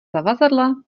zavazadla